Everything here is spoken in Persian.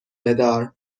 بدار